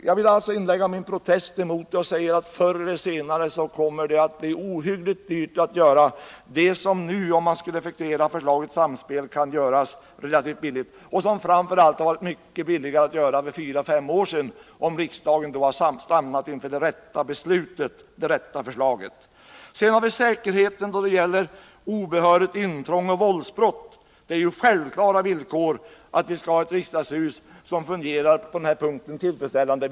Jag vill inlägga min protest mot detta och säga att den förr eller senare kommer att bli nödvändig och att det då blir ohyggligt dyrt att göra det som nu, om man effektuerade förslaget Samspel, skulle kunna göras relativt billigt — och som det framför allt hade varit mycket billigare att göra för fyra eller fem år sedan, om riksdagen då hade stannat inför det rätta beslutet, det rätta förslaget. Vidare har vi frågan om säkerheten mot obehörigt intrång och våldsbrott. Det borde vara ett självklart villkor att vi skall ha ett riksdagshus som fungerar tillfredsställande på den punkten.